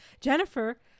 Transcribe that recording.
jennifer